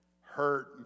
hurt